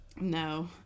No